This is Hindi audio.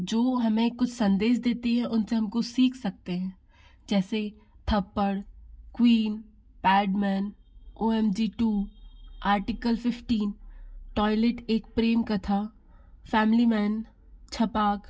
जो हमें कुछ संदेश देती है उनसे हम कुछ सीख सकते हैं जैसे Thappad Queen Padman O M G two Article fifteen Toilet Ek Prem Katha Family Man छपाक